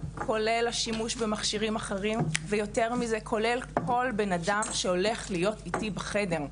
כולל השימוש במכשירים אחרים וכולל כל בן אדם שהולך להיות אתי בחדר.